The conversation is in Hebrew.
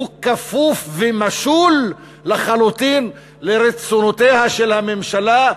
הוא כפוף ומשול לחלוטין לרצונותיה של הממשלה,